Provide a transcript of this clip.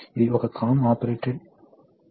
ఇప్పుడు ఏమి జరుగుతుంది